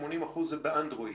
80% זה באנדרואיד.